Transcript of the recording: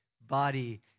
body